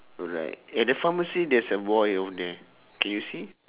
alright at the pharmacy there's a boy over there can you see